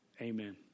amen